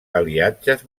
aliatges